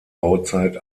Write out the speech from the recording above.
bauzeit